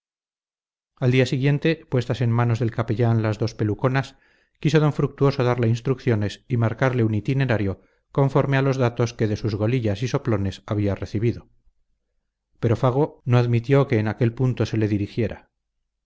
al día siguiente puestas en manos del capellán las dos peluconas quiso d fructuoso darle instrucciones y marcarle un itinerario conforme a los datos que de sus golillas y soplones había recibido pero fago no admitió que en aquel punto se le dirigiera